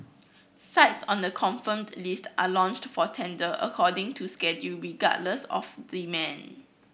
sites on the confirmed list are launched for tender according to schedule regardless of demand